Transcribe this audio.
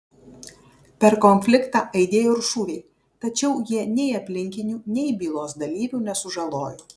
per konfliktą aidėjo ir šūviai tačiau jie nei aplinkinių nei bylos dalyvių nesužalojo